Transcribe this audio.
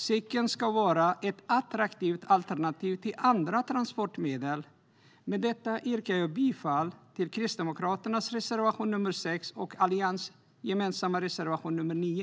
Cykeln ska vara ett attraktivt alternativ till andra transportmedel. Med detta yrkar jag bifall till Kristdemokraternas reservation nr 6 och den alliansgemensamma reservationen nr 9.